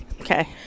Okay